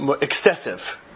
Excessive